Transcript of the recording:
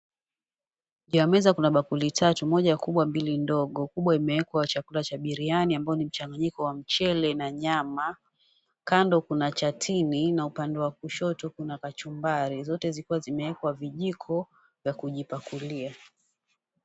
Kwa meza kuna bakuli tatu , moja Kubwa na mbili ndogo kubwa imewekwa chakula cha biriyani ambayo ni mchanganyiko wa mchele na nyama, kando kuna chatini na upande wa kushoto kuna kachumbari zote zikiwa zimewekwa vijiko vya kujipakulia.